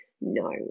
No